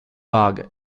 bug